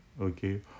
okay